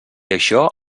això